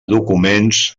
documents